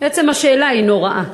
עצם השאלה הוא נורא.